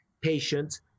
patients